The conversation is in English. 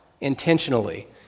intentionally